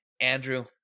Andrew